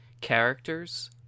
characters